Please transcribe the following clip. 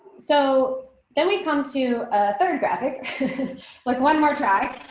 so then we come to a third graphic like one more track.